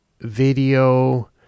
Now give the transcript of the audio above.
video